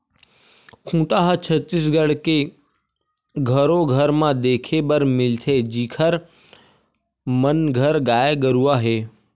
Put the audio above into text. खूटा ह छत्तीसगढ़ के घरो घर म देखे बर मिलथे जिखर मन घर गाय गरुवा हे